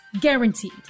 guaranteed